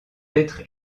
être